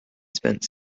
spent